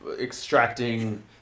extracting